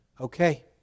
Okay